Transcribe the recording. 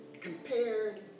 Compared